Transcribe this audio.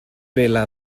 vela